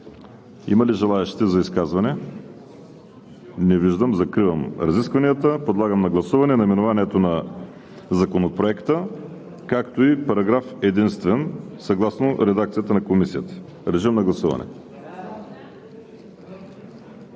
Има ли желаещи за изказване? Не виждам. Закривам разискванията. Подлагам на гласуване наименованието на Законопроекта, както и параграф единствен съгласно редакцията на Комисията. Гласували